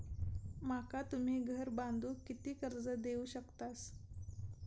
माका तुम्ही घर बांधूक किती कर्ज देवू शकतास?